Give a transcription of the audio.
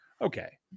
okay